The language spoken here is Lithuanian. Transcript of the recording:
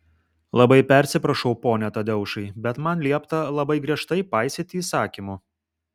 labai persiprašau pone tadeušai bet man liepta labai griežtai paisyti įsakymų